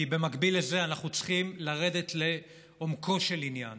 כי במקביל לזה אנחנו צריכים לרדת לעומקו של עניין